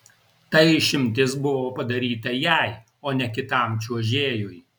ta išimtis buvo padaryta jai o ne kitam čiuožėjui